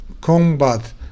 combat